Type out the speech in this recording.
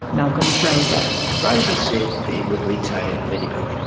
malcolm fraser. fraser said he would retain medibank,